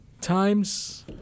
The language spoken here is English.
times